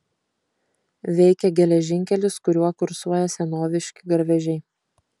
veikia geležinkelis kuriuo kursuoja senoviški garvežiai